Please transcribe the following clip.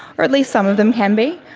or at least some of them can be.